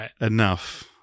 enough